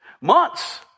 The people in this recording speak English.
Months